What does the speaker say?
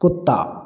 कुत्ता